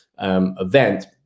event